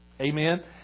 Amen